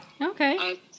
okay